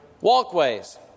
walkways